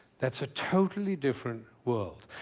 that's a totally different world.